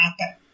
happen